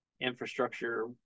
infrastructure